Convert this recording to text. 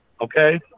Okay